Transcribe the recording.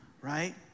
right